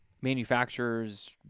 manufacturers